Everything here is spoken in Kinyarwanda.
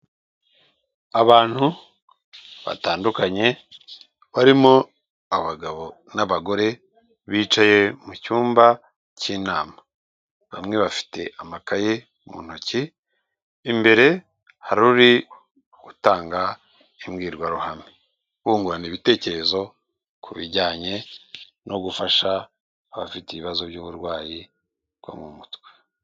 Abantu batandukanye barimo abagabo n'abagore bicaye mu cyumba cy'inama, bamwe bafite amakaye mu ntoki imbere hari uri gutanga imbwirwaruhame, bungurana ibitekerezo ku bijyanye no gufasha abafite ibibazo by'uburwayi bwo mu mutwe.